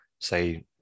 say –